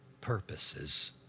purposes